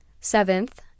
seventh